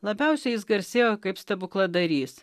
labiausiai jis garsėjo kaip stebukladarys